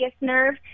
nerve